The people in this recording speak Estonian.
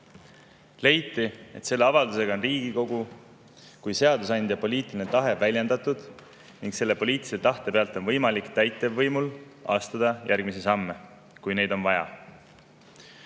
Leiti, et selle avaldusega on Riigikogu kui seadusandja poliitiline tahe väljendatud ning selle poliitilise tahte pealt on täitevvõimul võimalik astuda järgmisi samme, kui neid on vaja.